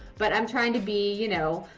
but i'm trying to be, you know,